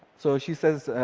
so she says,